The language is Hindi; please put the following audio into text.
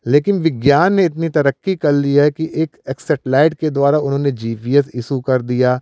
लेकिन विज्ञान ने इतनी तरक्की कर ली है कि एक एक्सेटेलाइट के द्वारा उन्होंने जी पी एस इसु कर दिया